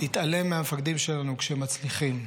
להתעלם מהמפקדים שלנו כשמצליחים,